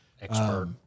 Expert